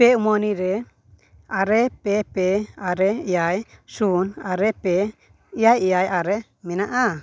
ᱯᱮ ᱩᱢᱟᱱᱤ ᱨᱮ ᱟᱨᱮ ᱯᱮ ᱯᱮ ᱟᱨᱮ ᱮᱭᱟᱭ ᱥᱩᱱ ᱟᱨᱮ ᱯᱮ ᱮᱭᱟᱭ ᱮᱭᱟᱭ ᱟᱨᱮ ᱢᱮᱱᱟᱜᱼᱟ